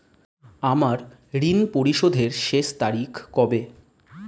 আমার ঋণ পরিশোধের শেষ তারিখ কবে?